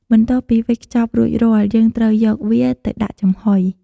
បន្ទាប់ពីវេចខ្ចប់រួចរាល់ យើងត្រូវយកវាទៅដាក់ចំហុយ។